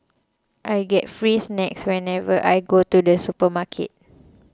I get free snacks whenever I go to the supermarket